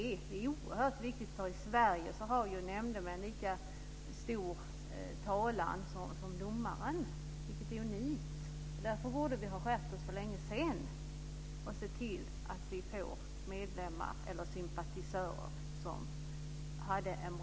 Det är oerhört viktigt, eftersom nämndemän i Sverige har lika stor talan som domaren, vilket är unikt. Därför borde vi ha skärpt oss för länge sedan och sett till att vi fått en bra fördelning av sympatisörer.